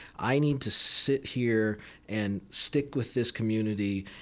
i need to sit here and stick with this community,